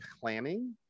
planning